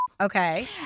Okay